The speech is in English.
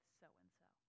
so-and-so